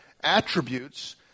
attributes